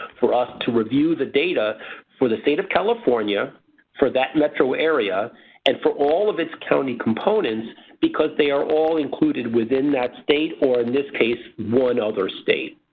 for us to review the data for the state of california for that metro area and for all of its county components because they are all included within that state or in this case one other state.